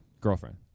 Girlfriend